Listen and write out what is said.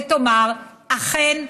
ותאמר: אכן,